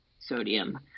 sodium